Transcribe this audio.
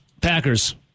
Packers